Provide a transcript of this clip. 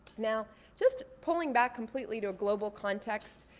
now just pulling back completely to a global context,